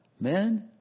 men